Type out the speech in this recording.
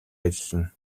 ажиллана